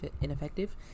ineffective